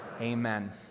Amen